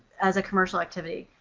as a commercial activity.